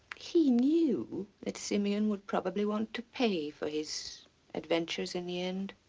he knew that simeon would probably want to pay for his adventures in the end.